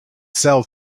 sell